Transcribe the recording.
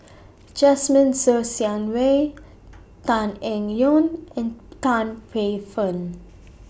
Jasmine Ser Xiang Wei Tan Eng Yoon and Tan Paey Fern